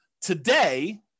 Today